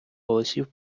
голосів